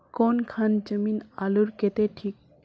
कौन खान जमीन आलूर केते ठिक?